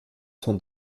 sont